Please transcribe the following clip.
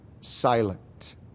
silent